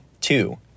Two